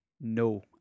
No